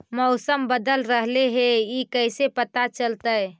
मौसम बदल रहले हे इ कैसे पता चलतै?